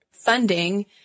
funding